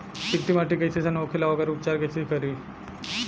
चिकटि माटी कई सन होखे ला वोकर उपचार कई से करी?